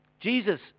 Jesus